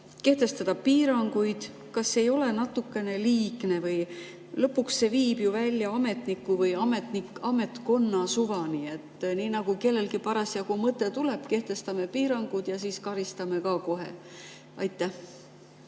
kehtestada piiranguid? Kas see ei ole natuke liiast? Lõpuks viib see välja ametniku või ametkonna suvani, nii nagu kellelgi parasjagu mõte tuleb, kehtestame piirangud ja siis karistame ka kohe. Hea